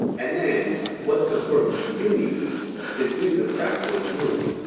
and then, what support do you need to do the practical and doable.